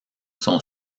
son